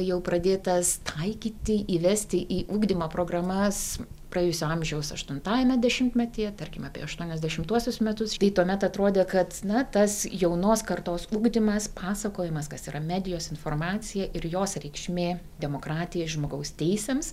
jau pradėtas taikyti įvesti į ugdymo programas praėjusio amžiaus aštuntajame dešimtmetyje tarkim apie aštuoniasdešimtuosius metus tai tuomet atrodė kad na tas jaunos kartos ugdymas pasakojimas kas yra medijos informacija ir jos reikšmė demokratijai žmogaus teisėms